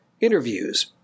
interviews